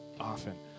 often